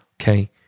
okay